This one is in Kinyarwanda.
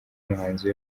umuhanzi